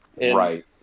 right